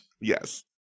Yes